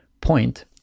point